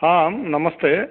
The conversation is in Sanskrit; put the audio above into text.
आं नमस्ते